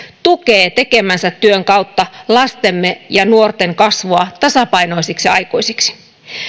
tukee tekemänsä työn kautta lastemme ja nuortemme kasvua tasapainoisiksi aikuisiksi